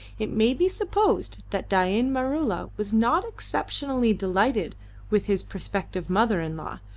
it may be supposed that dain maroola was not exceptionally delighted with his prospective mother-in law,